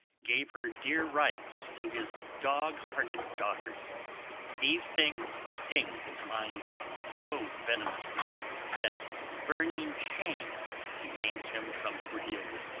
gave her dear rights to his dog-hearted daughters these things sting his mind so venomously that burning shame detains him from cordelia.